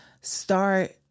start